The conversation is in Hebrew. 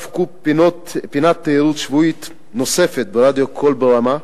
הופקה פינת תיירות שבועית נוספת ברדיו "קול ברמה",